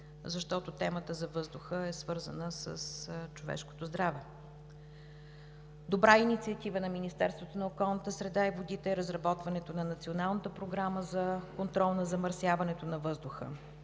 защото темата за въздуха е свързана с човешкото здраве. Добра инициатива на Министерството на околната среда и водите е разработването на Националната програма за контрол на замърсяването на въздуха.